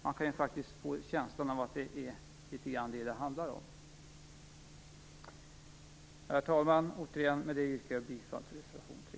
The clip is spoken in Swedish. Man kan få en känsla av det är det det handlar om. Herr talman! Med detta yrkar jag bifall till reservation nr. 3.